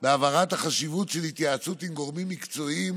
בהבהרת החשיבות של התייעצות עם גורמים מקצועיים